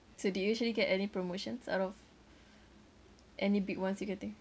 so did you actually get any promotions out of any big ones you can think